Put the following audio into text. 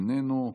איננו,